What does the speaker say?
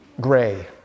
gray